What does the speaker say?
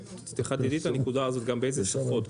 ותחדדי את הנקודה הזאת, גם באיזה שפות.